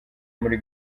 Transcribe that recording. muri